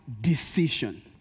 decision